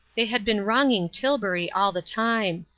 they had been wronging tilbury all the time.